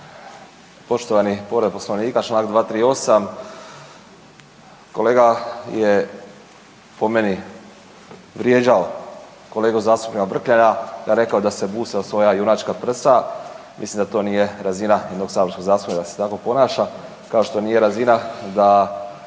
Poštovani, povreda Poslovnika, Članak 238., kolega je po meni vrijeđao kolegu zastupnika Vrkljana, rekao da se busa o svoja junačka prsa, mislim da to nije razina jednog saborskog zastupnika da se tako ponaša kao što nije razina da